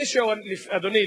אדוני,